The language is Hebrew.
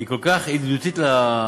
היא כל כך ידידותית לניזוקים,